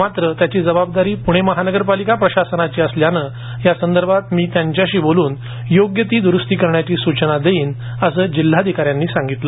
मात्र त्याची जबाबदारी महापालिका प्रशासनाची असल्यानं यासंदर्भात मी त्यांच्याशी बोलून योग्य ती दुरुस्ती करण्याच्या सूचना देईन असं जिल्हाधिकाऱ्यांनी सांगितलं